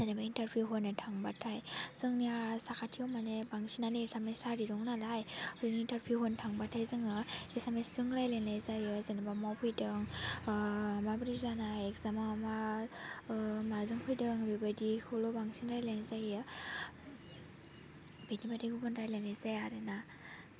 जेनेबा इन्टारभिउ होनो थांबाथाय जोंनिया साखाथियाव माने बांसिनानो एसामिस हारि दङ नालाय इन्टाभिउ होनो थांबाथाय जोङो एसामिसजों रायलायनाय जायो जेनेबा माव फैदों माबोरै जानाय एकजामआ मा माजों फैदों बेफोरबायदिखौल' बांसिन रायलायनाय जायो बेनि बादै गुबुन रायलायनाय जाया आरो ना